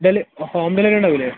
ഇതിൽ home delivery ഉണ്ടാവൂലേ